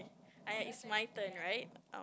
I it's my turn right